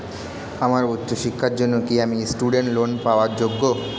আমার উচ্চ শিক্ষার জন্য কি আমি স্টুডেন্ট লোন পাওয়ার যোগ্য?